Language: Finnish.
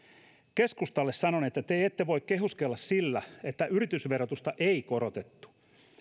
keskustalle sanon että te ette voi kehuskella sillä että yritysverotusta ei korotettu